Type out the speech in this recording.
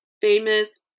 famous